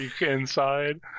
inside